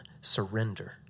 surrender